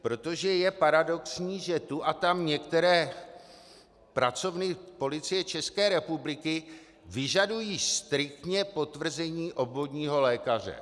Protože je paradoxní, že tu a tam některé pracovny Policie České republiky vyžadují striktně potvrzení obvodního lékaře.